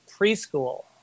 preschool